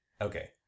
Okay